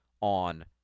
on